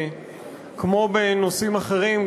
כמו בנושאים אחרים,